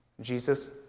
Jesus